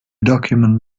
document